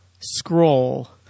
scroll